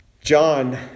John